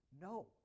No